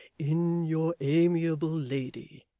in your amiable lady.